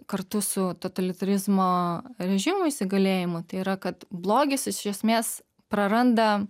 kartu su totalitarizmo režimo įsigalėjimu tai yra kad blogis iš esmės praranda